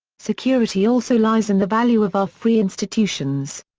security also lies in the value of our free institutions.